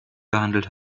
gehandelt